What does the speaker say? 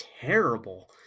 terrible